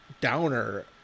downer